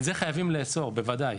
את זה חייבים לאסור, בוודאי.